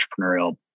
entrepreneurial